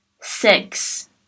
Six